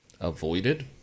avoided